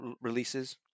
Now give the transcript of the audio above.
releases